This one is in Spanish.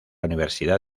universidad